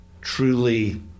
truly